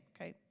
okay